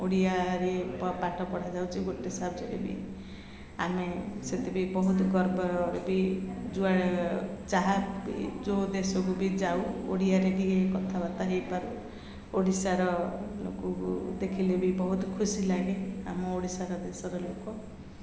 ଓଡ଼ିଆରେ ପାଠ ପଢ଼ାଯାଉଚି ଗୋଟେ ସବ୍ଜେକ୍ଟରେ ବି ଆମେ ସେଥି ବିି ବହୁତ ଗର୍ବରେ ବି ଯାହା ବି ଯୋଉ ଦେଶକୁ ବି ଯାଉ ଓଡ଼ିଆରେ ବି କଥାବାର୍ତ୍ତା ହେଇପାରୁ ଓଡ଼ିଶାର ଲୋକଙ୍କୁ ଦେଖିଲେ ବି ବହୁତ ଖୁସି ଲାଗେ ଆମ ଓଡ଼ିଶାର ଦେଶର ଲୋକ